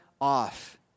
off